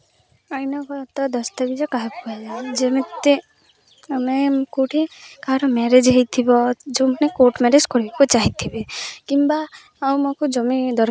ଆଇନା କତ ଦସ୍ତାବିଜ କାହାକୁ କୁହାଯାଏ ଯେମିତି ଆମେ କେଉଁଠି କାହାର ମ୍ୟାରେଜ୍ ହୋଇଥିବ ଯେଉଁମାନେ କୋର୍ଟ୍ ମ୍ୟାରେଜ୍ କରିବାକୁ ଚାହିଁଥିବେ କିମ୍ବା ଆଉ ଜମି ଦରକାର